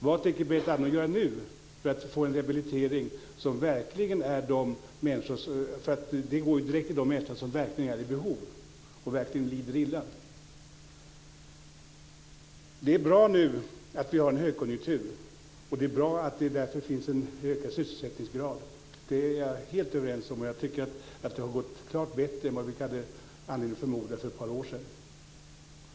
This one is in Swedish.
Vad tänker Berit Andnor göra nu för att få en rehabilitering som går direkt till de människor som verkligen är i behov och lider illa? Det är bra att vi har en högkonjunktur. Och det är bra att det därför finns en ökad sysselsättningsgrad. Där är jag helt överens. Jag tycker att det har gått klart bättre än vad vi hade anledning att förmoda för ett par år sedan.